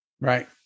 right